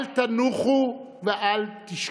אל תנוחו ואל תשקטו.